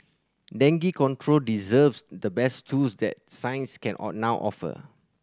dengue control deserves the best tools that science can all now offer